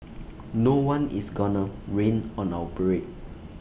no one is gonna rain on our parade